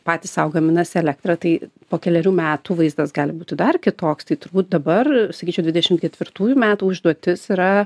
patys sau gaminasi elektrą tai po kelerių metų vaizdas gali būti dar kitoks tai turbūt dabar sakyčiau dvidešimt ketvirtųjų metų užduotis yra